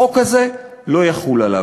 החוק הזה לא יחול עליו.